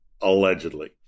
allegedly